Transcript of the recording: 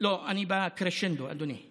לא, אני בקרשנדו, אדוני.